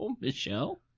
Michelle